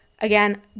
again